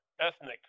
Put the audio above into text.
ethnic